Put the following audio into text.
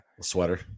sweater